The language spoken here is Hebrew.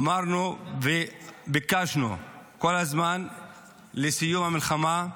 אמרנו וביקשנו כל הזמן את סיום המלחמה.